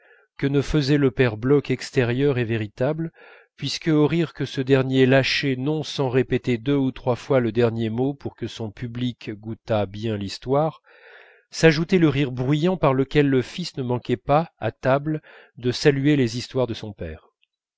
que ne faisait le père bloch extérieur et véritable puisque au rire que ce dernier lâchait non sans répéter deux ou trois fois le dernier mot pour que son public goûtât bien l'histoire s'ajoutait le rire bruyant par lequel le fils ne manquait pas à table de saluer les histoires de son père